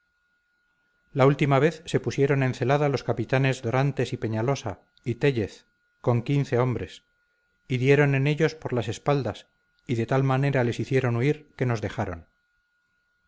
la última vez se pusieron en celada los capitanes dorantes y peñalosa y téllez con quince hombres y dieron en ellos por las espaldas y de tal manera les hicieron huir que nos dejaron